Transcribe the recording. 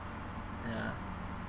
ya